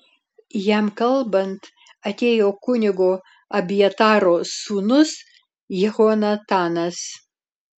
jam kalbant atėjo kunigo abjataro sūnus jehonatanas